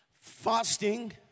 Fasting